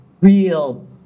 real